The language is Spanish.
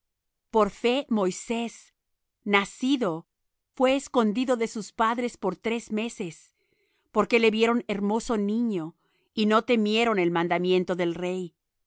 por fe moisés nacido fué escondido de sus padres por tres meses porque le vieron hermoso niño y no temieron el mandamiento del rey